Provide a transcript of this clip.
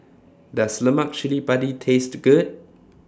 Does Lemak Cili Padi Taste Good